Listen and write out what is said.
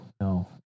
No